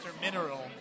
Mineral